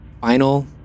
final